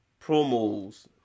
promos